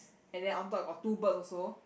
and then on top got two birds also